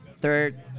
third